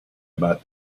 about